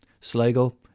Sligo